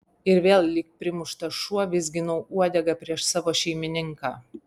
ir vėl lyg primuštas šuo vizginau uodegą prieš savo šeimininką